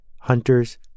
hunters